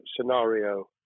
scenario